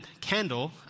candle